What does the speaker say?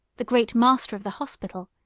the great master of the hospital,